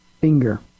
finger